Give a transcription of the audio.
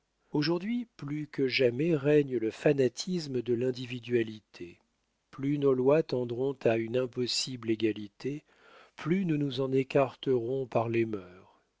aujourd'hui plus que jamais règne le fanatisme de l'individualité plus nos lois tendront à une impossible égalité plus nous nous en écarterons par les mœurs